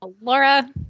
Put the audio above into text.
Laura